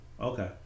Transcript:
Okay